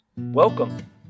Welcome